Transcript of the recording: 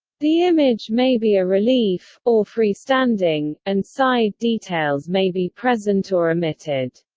the image may be a relief, or free-standing, and side details may be present or omitted.